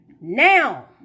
Now